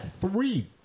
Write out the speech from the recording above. three